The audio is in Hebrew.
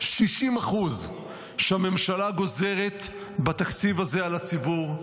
60% ממה שהממשלה גוזרת בתקציב הזה על הציבור,